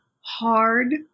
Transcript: hard